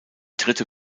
dritte